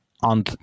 on